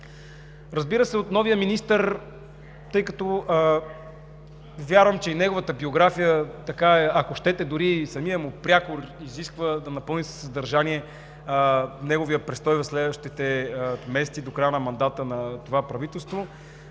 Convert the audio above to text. Разбира се, от новия министър, тъй като вярвам, че и неговата биография, ако щете дори и самият му прякор изисква да напълни със съдържание престоя си в следващите месеци до края на мандата на това правителство.